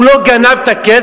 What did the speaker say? הוא לא גנב את הכסף?